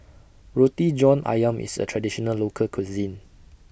Roti John Ayam IS A Traditional Local Cuisine